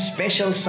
Special